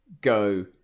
go